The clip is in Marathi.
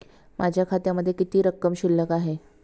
माझ्या खात्यामध्ये किती रक्कम शिल्लक आहे?